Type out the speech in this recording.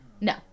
No